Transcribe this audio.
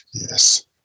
Yes